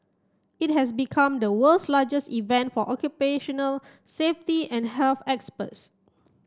it has become the world's largest event for occupational safety and health experts